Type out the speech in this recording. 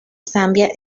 zambia